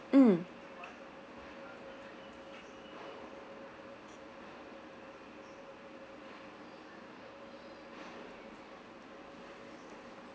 mm